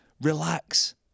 relax